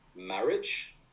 marriage